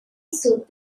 soup